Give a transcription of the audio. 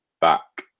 back